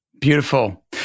Beautiful